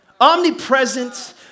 omnipresent